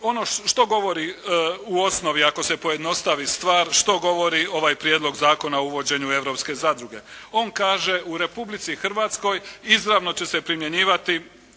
ono, što govori u osnovi ako se pojednostavi stvar, što govori ovaj Prijedlog zakona o uvođenju europske zadruge? On kaže u Republici Hrvatskoj izravno će se primjenjivati